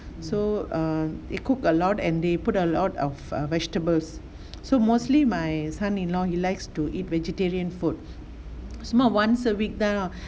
so err they cook a lot and they put a lot of err vegetables so mostly my son-in-law he likes to eat vegetarian food சும்மா:summa once a week தான்:thaan